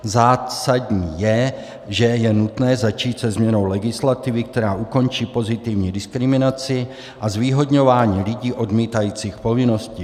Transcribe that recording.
Zásadní je, že je nutné začít se změnou legislativy, která ukončí pozitivní diskriminaci a zvýhodňování lidí odmítajících povinnosti.